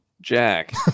Jack